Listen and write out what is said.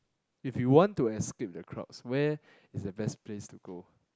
if you want to escape the crowds where is the best place to go